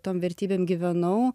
tom vertybėm gyvenau